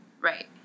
Right